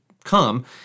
come